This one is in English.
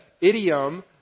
idiom